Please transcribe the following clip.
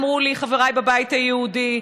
אמרו לי חבריי בבית היהודי.